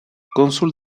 cónsul